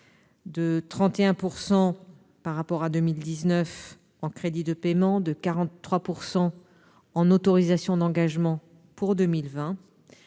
de 31 % par rapport à 2019 en crédits de paiement et de 43 % en autorisations d'engagement pour 2020,